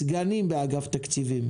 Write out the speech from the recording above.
סגנים באגף תקציבים